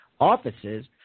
offices